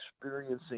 experiencing